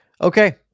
Okay